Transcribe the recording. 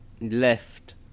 left